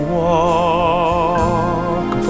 walk